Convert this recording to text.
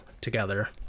together